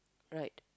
right